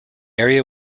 area